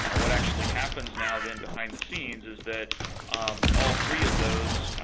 what actually happens now then behind the scenes is that all three of those,